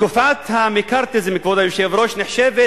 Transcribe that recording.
תקופת המקארתיזם, כבוד היושב-ראש, נחשבת